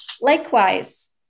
likewise